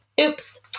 Oops